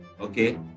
okay